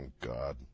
God